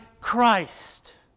Christ